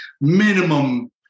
Minimum